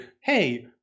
hey